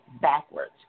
backwards